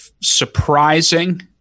surprising